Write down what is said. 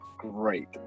great